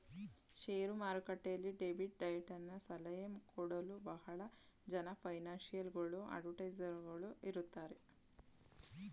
share ಮಾರುಕಟ್ಟೆಯಲ್ಲಿ debit ಡಯಟನ ಸಲಹೆ ಕೊಡಲು ಬಹಳ ಜನ ಫೈನಾನ್ಸಿಯಲ್ ಗಳು ಅಡ್ವೈಸರ್ಸ್ ಗಳು ಇರುತ್ತಾರೆ